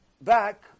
back